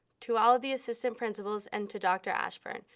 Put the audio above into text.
to all of the assistant principals and to dr. ashburn,